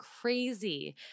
crazy